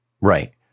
right